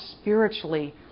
spiritually